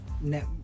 net